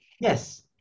Yes